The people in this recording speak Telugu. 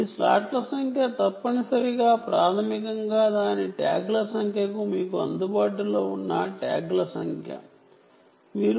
ఈ స్లాట్ల సంఖ్య ప్రాథమికంగా మీకు అందుబాటులో ఉన్న ట్యాగ్ల సంఖ్య కు సంబంధించి ఉంటుంది